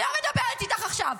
אני לא מדברת איתך עכשיו.